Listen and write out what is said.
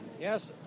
Yes